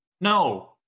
No